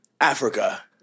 Africa